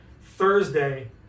Thursday